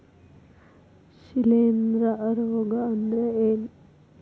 ಶಿಲೇಂಧ್ರ ರೋಗಾ ಅಂದ್ರ ಏನ್?